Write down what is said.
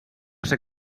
ser